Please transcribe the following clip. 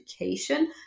education